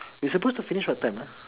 we supposed to finish what time ah